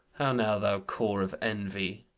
now, thou core of envy!